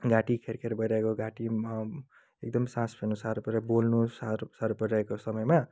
घाँटी ख्यारख्यार भइरहेको घाँटी एकदम सास फेर्नु साह्रो परिरहेको र बोल्नु साह्रो साह्रो परिरहेको समयमा